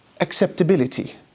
acceptability